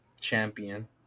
champion